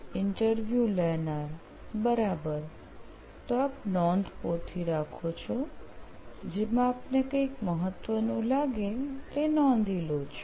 interview લેનાર બરાબર તો આપ નોંધપોથી રાખો છો જેમાં આપને કઈં મહત્વનું લાગે તે નોંધી લો છો